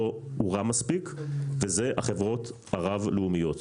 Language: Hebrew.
הורם מספיק ואלה החברות הרב לאומיות.